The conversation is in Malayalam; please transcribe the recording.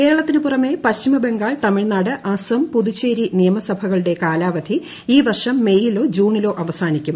കേരളത്തിനു പുറമെ പശ്ചിമ ബംഗാൾ തമിഴ്നാട് അസം പുതുച്ചേരി നിയമസഭകളുടെ കാലാവധി ഈ വർഷം മേയിലോ ജൂണിലോ അവസാനിക്കും